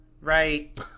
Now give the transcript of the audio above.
right